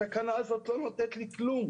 התקנה הזאת לא נותנת לי כלום.